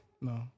No